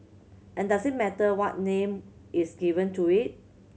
and does it matter what name is given to it